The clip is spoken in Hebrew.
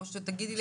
או שתגידי לי הפוך,